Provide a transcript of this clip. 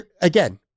again